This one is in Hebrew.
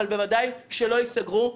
אבל בוודאי שלא ייסגרו.